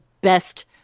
Best